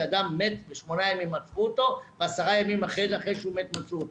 שאדם מת ועשרה ימים אחרי שהוא מת מצאו אותו.